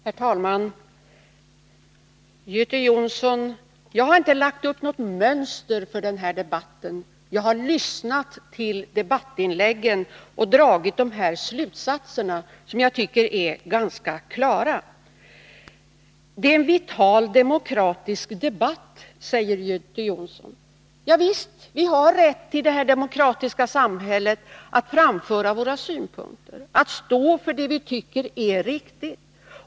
Herr talman! Jag har, Göte Jonsson, inte lagt upp något mönster för den här debatten. Jag har lyssnat till debattinläggen och dragit de här slutsatserna, som jag tycker är ganska klara. Det är en vital demokratisk debatt, säger Göte Jonsson. Javisst, vi har i det här demokratiska samhället rätt att framföra våra synpunkter och stå för det vi tycker är riktigt.